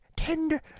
tender